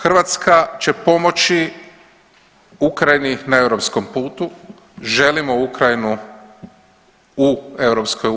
Hrvatska će pomoći Ukrajini na europskom putu, želimo Ukrajinu u EU.